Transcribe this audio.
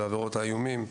בנוגע לעבירות האיומים,